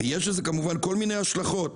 ויש לזה כמובן כל מיני השלכות.